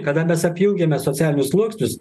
kada mes apjungiame socialinius sluoksnius